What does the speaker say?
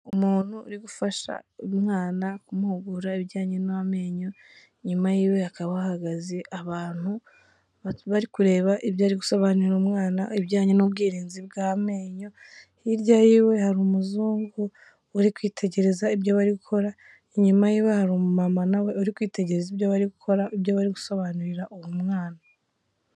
Umuntu uri gufasha umwana kumuhugura ibijyanye n'amenyo, inyuma yiwe hakaba hahagaze abantu bari kureba ibyo ari gusobanurira umwana ibijyanye n'ubwirinzi bw'amenyo, hirya yiwe hari umuzungu uri kwitegereza ibyo bari gukora, inyuma yiwe hari umumama na we uri kwitegereza ibyo bari gukora, ibyo bari gusobanurira uwo mwana.